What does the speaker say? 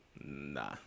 nah